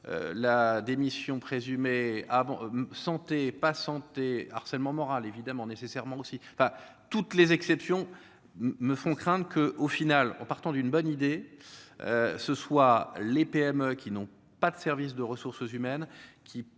la démission présumé ah bon santé pas santé harcèlement moral évidemment nécessairement aussi enfin toutes les exceptions, me font craindre que, au final, en partant d'une bonne idée, ce soit les PME qui n'ont pas de services de ressources humaines qui qui